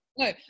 No